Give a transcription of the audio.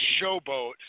showboat